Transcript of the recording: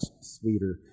sweeter